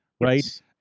right